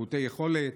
מעוטי יכולת,